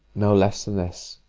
no less than this,